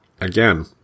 again